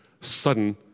sudden